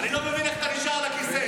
אני לא מבין איך אתה נשאר על הכיסא,